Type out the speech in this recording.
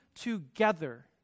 together